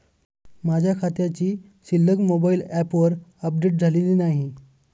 माझ्या खात्याची शिल्लक मोबाइल ॲपवर अपडेट झालेली नाही